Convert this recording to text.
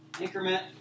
increment